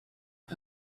and